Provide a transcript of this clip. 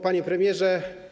Panie Premierze!